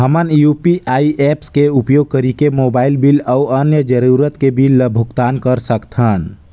हमन मन UPI apps के उपयोग करिके मोबाइल बिल अऊ अन्य जरूरत के बिल ल भुगतान कर सकथन